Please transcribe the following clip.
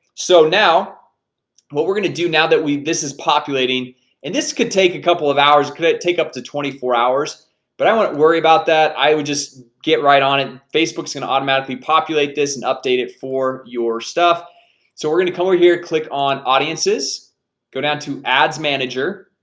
so now what we're gonna do now that we this is populating and this could take a couple of hours could take up to twenty four hours but i won't worry about that. i would just get right on it. and facebook's gonna automatically populate this and update it for your stuff so we're gonna come over here. click on audiences go down to ads manager